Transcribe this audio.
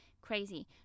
crazy